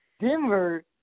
Denver